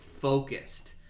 focused